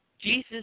Jesus